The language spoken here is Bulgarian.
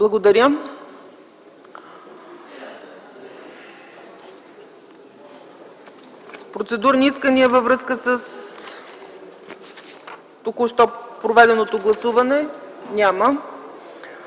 е прието. Процедурни искания във връзка с току-що проведеното гласуване? Няма.